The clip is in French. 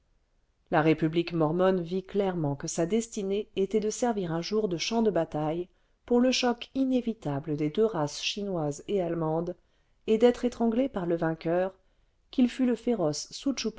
la république mormonne vit clairement que sa destinée était de servir un jour de champ de bataille pour le choc inévitable des deux races chinoise et allemande et d'être étranglée par le vainqueur qu'il fût le féroce